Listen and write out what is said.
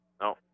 No